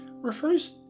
refers